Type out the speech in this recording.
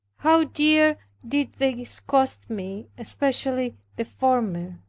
how dear did these cost me, especially the former!